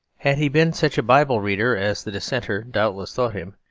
he been such a bible reader as the dissenter doubtless thought him,